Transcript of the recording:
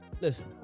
listen